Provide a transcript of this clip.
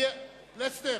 פלסנר,